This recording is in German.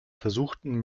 versuchten